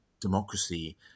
democracy